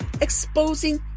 exposing